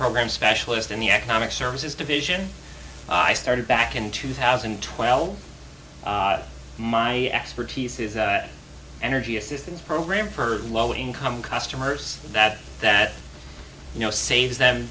program specialist in the economic services division i started back in two thousand and twelve my expertise is an energy assistance program for low income customers that that you know saves them